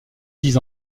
dix